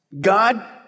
God